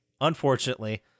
unfortunately